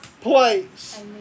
place